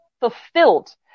fulfilled